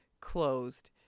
closed